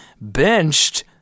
benched